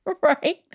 Right